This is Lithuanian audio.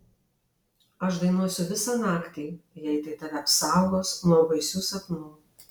aš dainuosiu visą naktį jei tai tave apsaugos nuo baisių sapnų